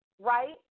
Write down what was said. right